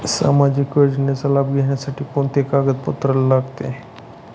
सामाजिक योजनेचा लाभ घेण्यासाठी कोणते ओळखपत्र लागते?